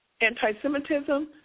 anti-Semitism